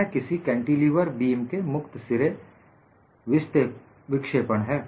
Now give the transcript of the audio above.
यह किसी cantilever beam के मुक्त सिरे विक्षेपण हैं